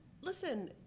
listen